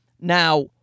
Now